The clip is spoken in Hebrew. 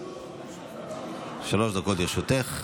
שלוש דקות לרשותך,